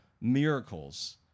miracles